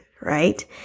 right